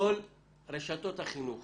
כל רשתות החינוך